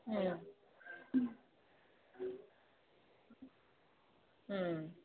ꯎꯝ ꯎꯝ